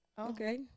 Okay